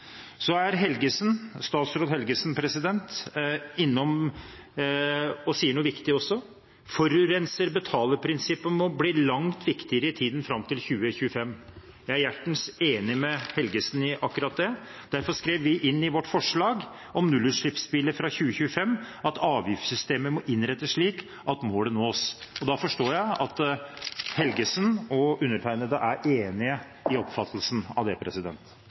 Så sier statsråd Helgesen noe viktig: Forurenser betaler-prinsippet må bli langt viktigere i tiden fram til 2025. Jeg er hjertens enig med statsråd Helgesen i akkurat det. Derfor skrev vi inn i vårt forslag om nullutslippsbiler fra 2025 at avgiftssystemet må innrettes slik at målet nås. Da forstår jeg at statsråd Helgesen og undertegnede er enig i oppfattelsen av det.